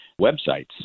websites